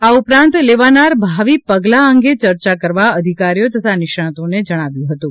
આ ઉપરાંત લેવાનારાં ભાવિ પગલાં અંગે ચર્યા કરવા અધિકારીઓ તથા નિષ્ણાતોને જણાવ્યું હતું